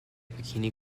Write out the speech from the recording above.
bikini